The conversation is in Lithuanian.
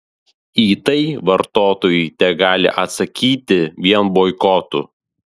į tai vartotojai tegali atsakyti vien boikotu